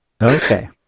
okay